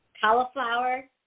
cauliflower